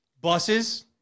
buses